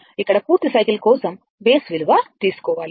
ఇక్కడ పూర్తి సైకిల్ కోసం బేస్ విలువ తీసుకోవాలి